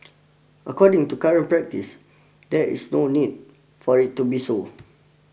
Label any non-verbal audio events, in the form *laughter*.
*noise* according to current practice there is no need for it to be so